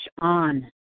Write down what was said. on